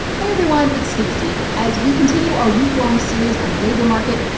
hey, everyone. it's stacey. as we continue our weeklong series on the labor market,